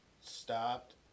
stopped